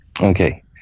Okay